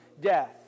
death